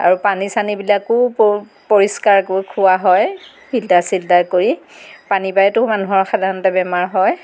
আৰু পানী চানীবিলাকো পৰিষ্কাৰকৈ খোৱা হয় ফিল্টাৰ চিল্টাৰ কৰি পানী পৰাইতো মানুহৰ সাধাৰণতে বেমাৰ হয়